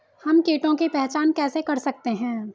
हम कीटों की पहचान कैसे कर सकते हैं?